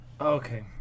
Okay